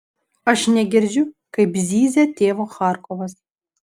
aš negirdžiu kaip zyzia tėvo charkovas